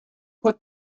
put